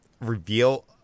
reveal